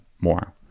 more